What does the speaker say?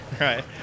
right